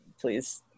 please